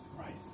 right